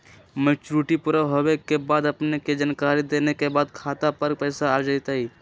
Maturity पुरा होवे के बाद अपने के जानकारी देने के बाद खाता पर पैसा आ जतई?